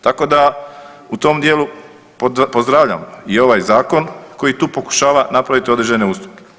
Tako da u tom dijelu pozdravljam i ovaj zakon koji tu pokušava napraviti određene ustupke.